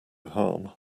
harm